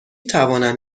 توانم